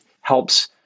helps